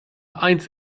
eins